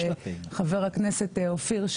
חבר הכנסת אופיר,